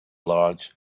large